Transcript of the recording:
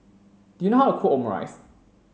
do you know how to cook Omurice